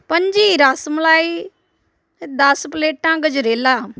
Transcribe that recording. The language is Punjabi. ਪੱਚੀ ਰਸ ਮਲਾਈ ਦਸ ਪਲੇਟਾਂ ਗਜਰੇਲਾ